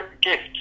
gift